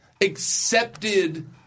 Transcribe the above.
accepted